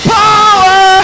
power